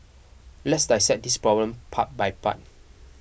let's dissect this problem part by part